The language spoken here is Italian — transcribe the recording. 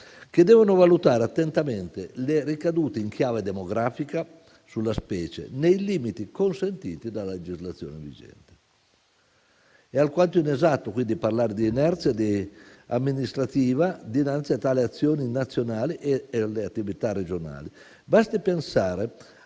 che devono valutare attentamente le ricadute in chiave demografica sulla specie, nei limiti consentiti dalla legislazione vigente. È alquanto inesatto, quindi, parlare di inerzia amministrativa dinanzi a tali azioni nazionali e alle attività regionali. Basti pensare